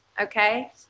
okay